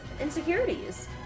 insecurities